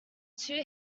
two